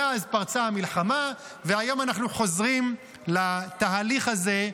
מאז פרצה המלחמה, והיום אנחנו חוזרים לתהליך הזה,